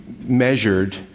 measured